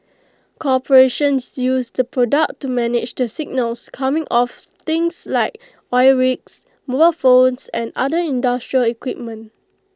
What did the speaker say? corporations use the product to manage the signals coming off things like oil rigs mobile phones and other industrial equipment